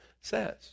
says